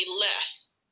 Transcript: less